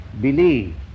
believe